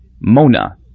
Mona